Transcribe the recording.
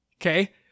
Okay